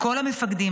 לכל המפקדים,